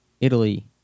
Italy